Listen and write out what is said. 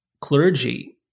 clergy